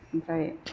ओमफ्राय